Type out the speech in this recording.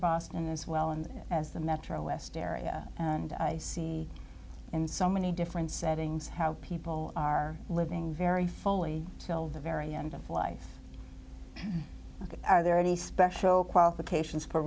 boston as well and as the metro west area and i see in so many different settings how people are living very fully till the very end of life ok are there any special qualifications for